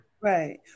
right